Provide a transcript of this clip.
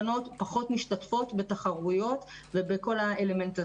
בנות פחות משתתפות בתחרויות ובכל האלמנט הזה.